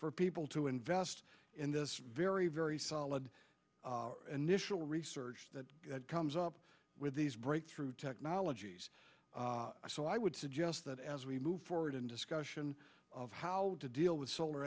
for people to invest in this very very solid initial research that comes up with these breakthrough technologies so i would suggest that as we move forward in discussion of how to deal with solar